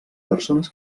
persones